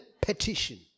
petition